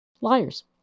Liars